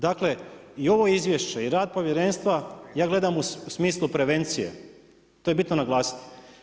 Dakle, i ovo izvješće i rad povjerenstva, ja gledam u smislu prevencije, to je bitno naglasiti.